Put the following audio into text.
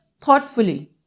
thoughtfully